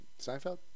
Seinfeld